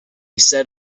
set